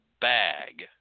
bag